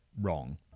wrong